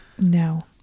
No